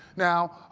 now,